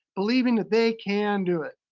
believing that they can do it.